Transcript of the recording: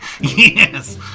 yes